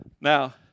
Now